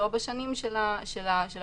לא בשנים של הוועדה,